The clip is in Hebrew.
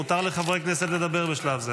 מותר לחברי כנסת לדבר בשלב זה.